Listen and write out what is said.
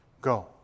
Go